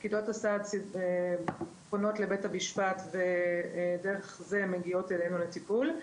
פקידות הסעד פונות לבית המשפט ודרך זה מגיעות אלינו לטיפול.